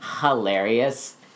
Hilarious